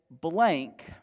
blank